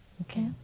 Okay